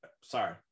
Sorry